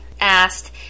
asked